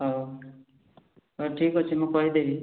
ହଉ ହଉ ଠିକ୍ ଅଛି ମୁଁ କହିଦେବି